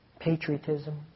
Patriotism